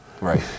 Right